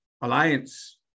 Alliance